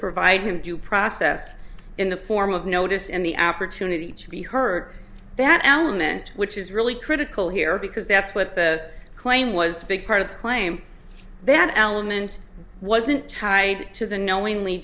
provide him due process in the form of notice in the opportunity to be heard that alan meant which is really critical here because that's what the claim was a big part of the claim that element wasn't tied to the knowingly